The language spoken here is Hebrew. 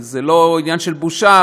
כי זה לא עניין של בושה,